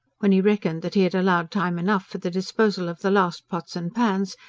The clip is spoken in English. when he reckoned that he had allowed time enough for the disposal of the last pots and pans,